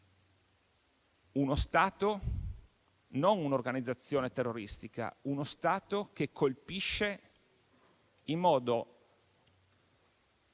uno Stato, non un'organizzazione terroristica, che colpisce in modo